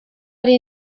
ari